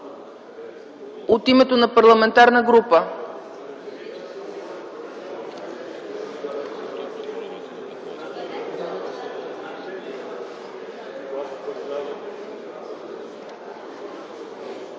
от името на Парламентарната група